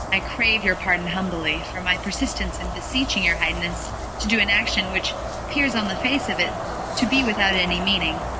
i crave your pardon humbly, for my persistence in beseeching your highness to do an action which appears on the face of it to be without any meaning.